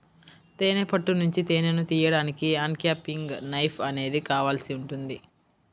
తేనె పట్టు నుంచి తేనెను తీయడానికి అన్క్యాపింగ్ నైఫ్ అనేది కావాల్సి ఉంటుంది